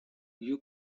you